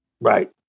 Right